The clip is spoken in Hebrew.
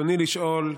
רצוני לשאול: